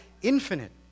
infinite